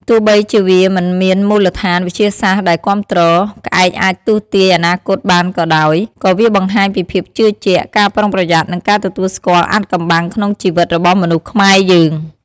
ទោះបីជាវាមិនមានមូលដ្ឋានវិទ្យាសាស្ត្រដែលគាំទ្រ ក្អែកអាចទស្សន៍ទាយអនាគតបានក៏ដោយ, ក៏វាបង្ហាញពីភាពជឿជាក់, ការប្រុងប្រយ័ត្ន និងការទទួលស្គាល់អាថ៌កំបាំងក្នុងជីវិតរបស់មនុស្សខ្មែរយើង។